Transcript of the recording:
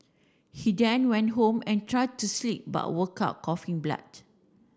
he then went home and tried to sleep but woke up coughing blood